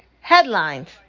headlines